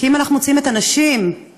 כי אם אנחנו מוציאים את הנשים למקלטים,